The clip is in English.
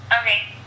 Okay